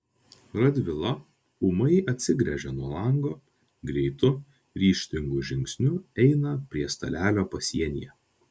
radvila ūmai atsigręžia nuo lango greitu ryžtingu žingsniu eina prie stalelio pasienyje